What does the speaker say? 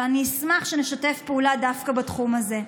ואני אשמח שנשתף פעולה דווקא בתחום הזה.